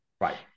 right